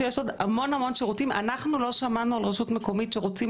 שיש עוד המון שירותים - לא שמענו על רשות מקומית שרוצים